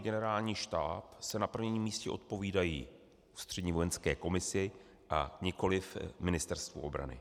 Generální štáb se na prvním místě odpovídají Ústřední vojenské komisi a nikoliv Ministerstvu obrany.